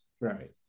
right